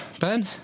Ben